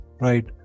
Right